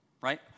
Right